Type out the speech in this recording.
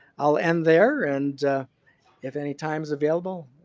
i'll end there and if any time is available,